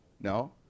No